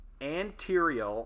anterior